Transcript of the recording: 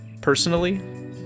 personally